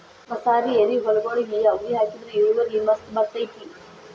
ಮಸಾರಿ ಎರಿಹೊಲಗೊಳಿಗೆ ಅವ್ರಿ ಹಾಕಿದ್ರ ಇಳುವರಿ ಮಸ್ತ್ ಬರ್ತೈತಿ